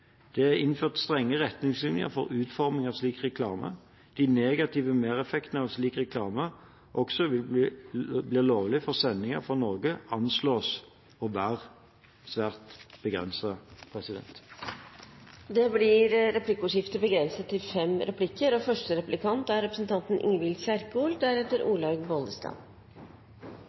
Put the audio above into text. Det er innført strenge retningslinjer for utforming av slik reklame. De negative mereffektene av at slik reklame også blir lovlig for sendinger fra Norge, anslås å være svært begrenset. Det blir replikkordskifte. Antibiotikaresistens er foreløpig et begrenset problem i Norge, men trusselen er